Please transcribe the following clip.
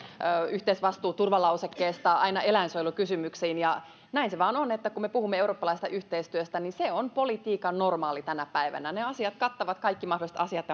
yhteisvastuun turvalausekkeesta aina eläinsuojelukysymyksiin näin se vain on että kun me puhumme eurooppalaisesta yhteistyöstä niin se on politiikan normaali tänä päivänä ne asiat kattavat kaikki mahdolliset asiat